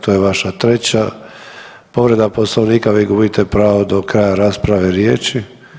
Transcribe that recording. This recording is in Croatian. To je vaša treća povreda Poslovnika, vi gubite pravo do kraja rasprave riječi.